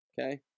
Okay